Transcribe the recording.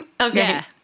Okay